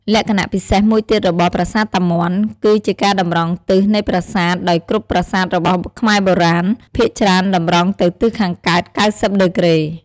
លក្ខណៈពិសេសមួយទៀតរបស់ ប្រាសាទតាមាន់ គឺជាការតម្រង់ទិសនៃប្រាសាទ ដោយគ្រប់ប្រាសាទរបស់ខ្មែរបុរាណ ភាគច្រើនតម្រង់ទៅទិសខាងកើត ៩០ ដឺក្រេ។